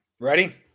Ready